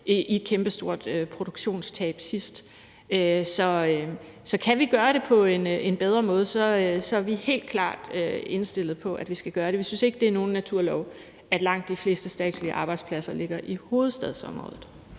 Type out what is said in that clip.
i et kæmpestort produktionstab sidst. Så kan vi gøre det på en bedre måde, er vi helt klart indstillet på, at vi skal gøre det. Vi synes ikke, det er nogen naturlov, at langt de fleste statslige arbejdspladser ligger i hovedstadsområdet.